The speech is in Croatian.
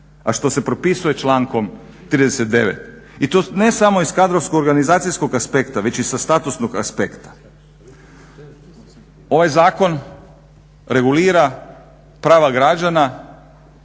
a što se propisuje člankom 39. I to ne samo iz kadrovsko organizacijskog aspekta već i sa statusnog aspekta. Ovaj zakon regulira prava građana,